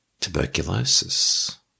Tuberculosis